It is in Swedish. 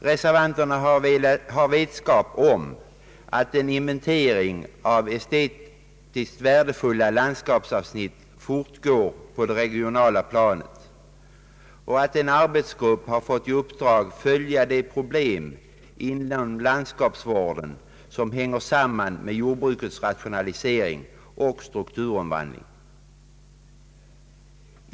Reservanterna har vetskap om att en inventering av estetiskt värdefulla landskapsavsnitt fortgår på det regionala planet och att en arbetsgrupp har fått i uppdrag att följa de problem inom landskapsvården som hänger samman med jordbrukets rationalisering och strukturomvandling.